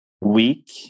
week